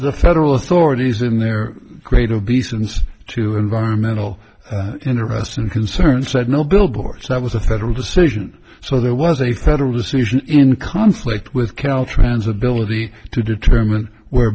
the federal authorities in their great obese and to environmental interests and concerns said no billboards that was a federal decision so there was a federal decision in conflict with caltrans ability to determine where